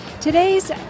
Today's